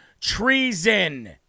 treason